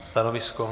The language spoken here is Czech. Stanovisko?